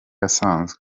asanzwe